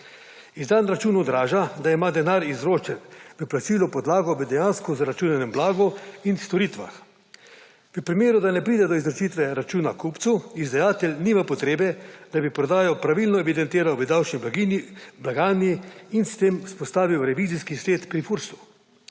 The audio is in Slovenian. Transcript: Izdani račun odraža, da ima denar, izročen v plačilu, podlago v dejansko zaračunanem blagu in storitvah. V primeru, da ne pride do izročitve računa kupcu, izdajatelj nima potrebe, da bi prodajo pravilno evidentiral v davčni blagajni in s tem vzpostavil revizijski svet pri FURS-u.